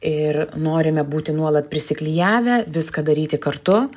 ir norime būti nuolat prisiklijavę viską daryti kartu